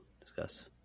discuss